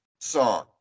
song